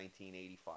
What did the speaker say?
1985